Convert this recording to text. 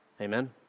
Amen